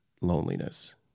loneliness